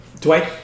Dwight